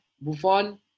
Buffon